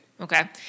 Okay